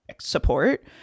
support